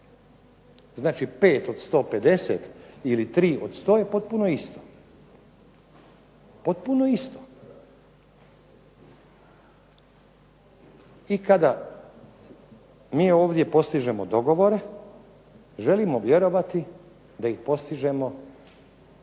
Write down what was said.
Znači 5 od 150 ili 3 od 100 je potpuno isto, potpuno isto, i kada mi ovdje postižemo dogovore, želimo vjerovati da ih postižemo sa